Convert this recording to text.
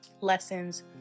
lessons